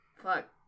Fuck